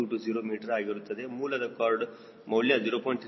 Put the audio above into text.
220 metre ಆಗಿರುತ್ತದೆ ಮೂಲದ card ಮೌಲ್ಯ 0